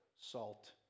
salt